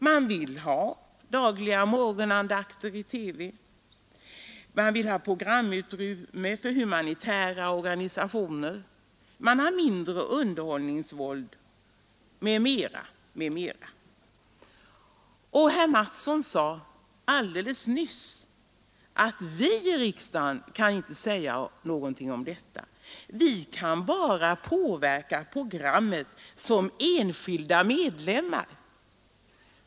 Man vill ha dagliga morgonandakter i TV, man vill ha programutrymme för humanitära organisationer, man vill ha mindre underhållningsvåld m.m. Herr Mattsson i Lane-Herrestad framhöll alldeles nyss att vi i riksdagen inte kan säga någonting om detta. Vi kan bara påverka program som enskilda medlemmar.